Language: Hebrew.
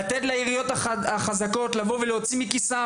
לתת לעיריות החזקות לבוא ולהוציא מכיסן,